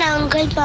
Uncle